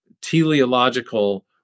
teleological